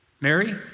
Mary